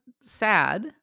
sad